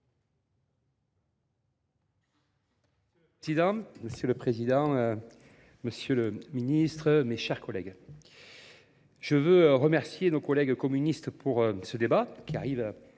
social européen. Monsieur le Président, Monsieur le Ministre, mes chers collègues. Je veux remercier nos collègues communistes pour ce débat, qui arrive